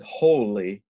holy